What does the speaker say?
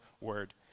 word